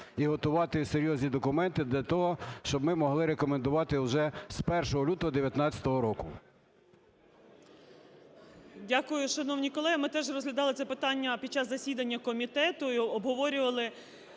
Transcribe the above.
і готувати серйозні документи для того, щоб ми могли рекомендувати вже з 1 лютого 19-го року. 16:21:21 ГОПКО Г.М. Дякую, шановні колеги. Ми теж розглядали це питання під час засідання комітету і обговорювали,